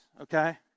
okay